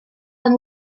ond